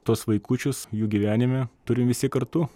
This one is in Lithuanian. tuos vaikučius jų gyvenime turim visi kartu